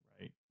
Right